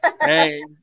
hey